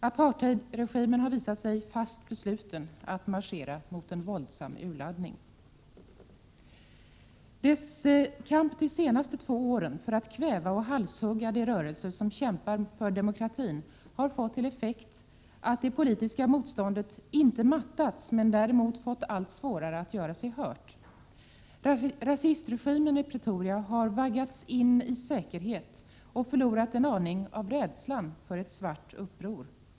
Apartheidregimen har visat sig fast besluten att marschera mot en våldsam urladdning. Dess kamp de senaste två åren för att kväva och halshugga de rörelser som kämpar för demokratin har fått till effekt att det politiska motståndet inte mattats men däremot fått allt svårare att göra sig hört. Rasistregimen i Pretoria har invaggats i säkerhet och förlorat en aning av rädslan för ett svart uppror.